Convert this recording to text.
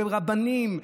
ברבנים,